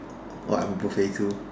or I'm a buffet too